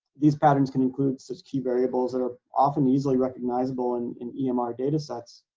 these patterns can include such key variables that are often easily recognizable and in emr data sets,